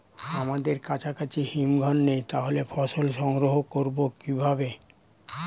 আমাদের কাছাকাছি হিমঘর নেই তাহলে ফসল সংগ্রহ করবো কিভাবে?